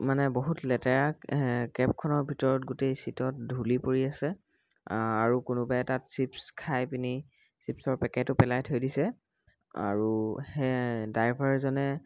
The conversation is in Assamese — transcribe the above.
মানে বহুত লেতেৰা কেবখনৰ ভিতৰত গোটেই ছিটত ঢুলি পৰি আছে আৰু কোনোবাই এটাত চিপছ খাই পিনি চিপছৰ পেকেটো পেলাই থৈ দিছে আৰু সেয়ে ড্ৰাইভাৰজনে